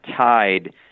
tied